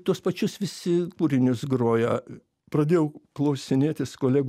tuos pačius visi kūrinius groja pradėjau klausinėtis kolegų